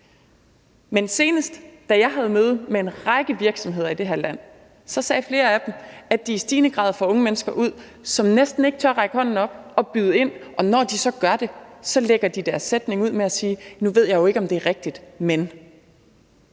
Men senest, da jeg havde møde med en række virksomheder i det her land, sagde flere af dem, at de i stigende grad får unge mennesker ud, som næsten ikke tør række hånden op og byde ind, og når de så gør det, lægger de ud med at sige: Nu ved jeg jo ikke, om det er rigtigt, men...